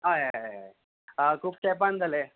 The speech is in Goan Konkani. हय हय हय खूब तेंपान जालें